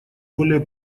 более